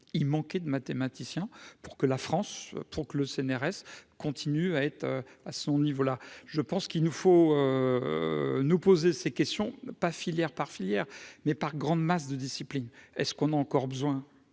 manquait de mathématiciens pour que la France pour que le CNRS continue à être à son niveau, là je pense qu'il nous faut nous poser ces questions pas filière par filière, mais par grandes masses de discipline est ce qu'on a encore besoin